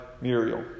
Muriel